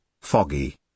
foggy